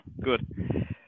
good